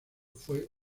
fue